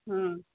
ହୁଁ